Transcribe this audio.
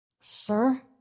Sir